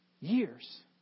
years